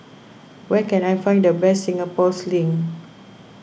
where can I find the best Singapore Sling